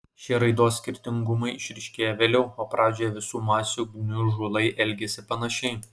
šie raidos skirtingumai išryškėja vėliau o pradžioje visų masių gniužulai elgiasi panašiai